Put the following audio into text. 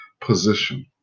position